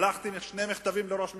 שלחתי שני מכתבים לראש הממשלה.